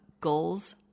goals